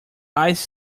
ice